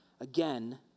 Again